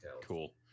Cool